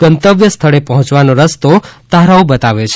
ગંતવ્ય સ્થળે પહોંચવાનો રસ્તો તારાઓ બતાવે છે